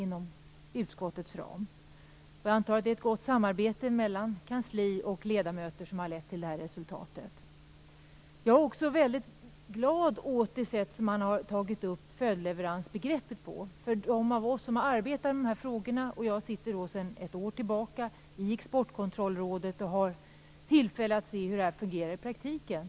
Jag antar att det är ett gott samarbete mellan kansli och ledamöter som har lett till det här resultatet. Jag är också väldigt glad åt det sätt på vilket man har tagit upp följdleveransbegreppet. Jag sitter sedan ett år tillbaka med i Exportkontrollrådet och har tillfälle att se hur detta fungerar i praktiken.